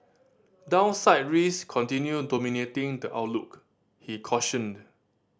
downside risks continue dominating the outlook he cautioned